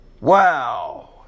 Wow